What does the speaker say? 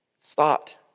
stopped